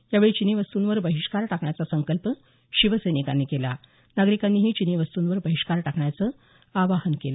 यावेळी चिनी वस्तूंवर बहिष्कार टाकण्याचा संकल्प शिवसैनिकांनी केला नागरिकांनीही चिनी वस्तूंवर बहिष्कार टाकण्याचं आवाहन करण्यात आलं